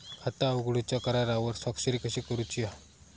खाता उघडूच्या करारावर स्वाक्षरी कशी करूची हा?